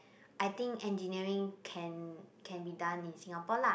I think engineering can can be done in Singapore lah